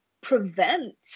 prevent